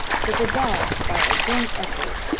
that the dogs, by a joint effort,